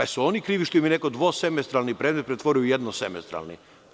Jesu li oni krivi što im je neko dvosemestralni predmet pretvorio u jednosemestralni?